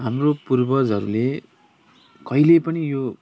हाम्रो पूर्वजहरूले कहिले पनि यो